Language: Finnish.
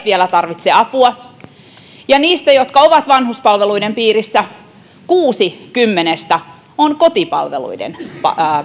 vielä tarvitse apua ja niistä jotka ovat vanhuspalveluiden piirissä kuusi kymmenestä on kotipalveluiden